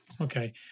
Okay